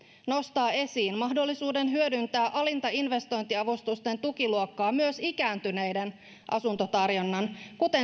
nostaa esiin mahdollisuuden hyödyntää alinta investointiavustusten tukiluokkaa myös ikääntyneiden asuntotarjonnan kuten